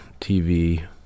TV